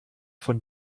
von